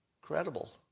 credible